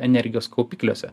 energijos kaupikliuose